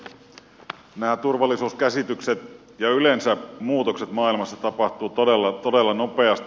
muutokset näissä turvallisuuskäsityksissä ja yleensä muutokset maailmassa tapahtuvat todella nopeasti